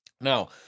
Now